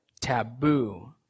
taboo